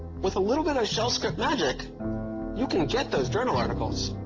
with a little bit of shell script magic you can get those journal articles